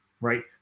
right